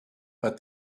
but